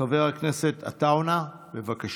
חבר הכנסת יוסף עטאונה, בבקשה.